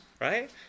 right